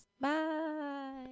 Bye